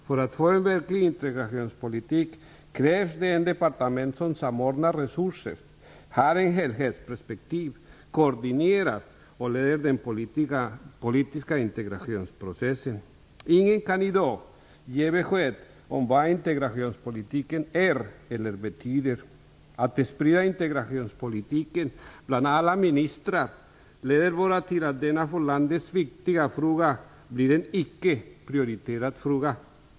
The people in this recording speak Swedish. För att få en verklig integrationspolitik krävs det ett departement som samordnar resurser, har helhetsperspektiv, koordinerar och leder den politiska integrationsprocessen. Ingen kan i dag ge besked om vad integrationspolitik är eller betyder. Att sprida integrationspolitiken bland alla ministrar leder bara till att denna för landet viktiga fråga blir en icke prioriterad fråga.